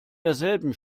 derselben